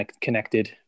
connected